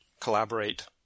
collaborate